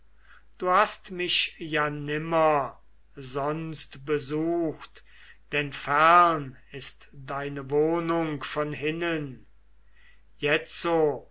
du hast mich ja nimmer sonst besucht denn fern ist deine wohnung von hinnen jetzo